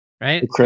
Right